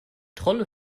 trolle